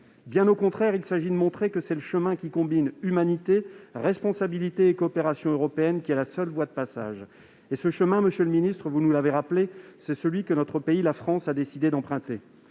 Bien au contraire, il s'agit de montrer que c'est le chemin qui combine humanité, responsabilité et coopération européenne qui est la seule voie de passage. Ce chemin, vous nous l'avez rappelé, monsieur le ministre, c'est celui que notre pays, la France, a décidé d'emprunter.